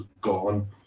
gone